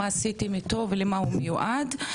מה עשיתם איתו ולמה הוא מיועד?